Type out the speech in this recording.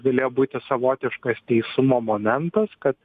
galėjo būti savotiškas teisumo momentas kad